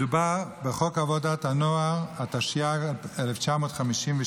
מדובר בחוק עבודת הנוער, התשי"ג 1953,